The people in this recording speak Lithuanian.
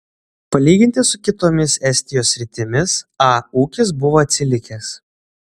palyginti su kitomis estijos sritimis a ūkis buvo atsilikęs